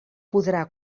podrà